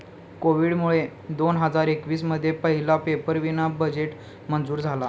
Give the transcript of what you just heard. कोविडमुळे दोन हजार एकवीस मध्ये पहिला पेपरावीना बजेट मंजूर झाला